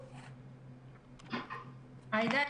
עאידה,